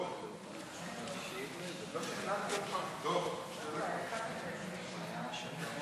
תודה, אדוני היושב-ראש.